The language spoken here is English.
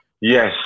yes